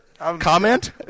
Comment